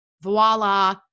Voila